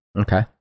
Okay